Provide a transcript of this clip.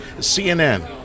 cnn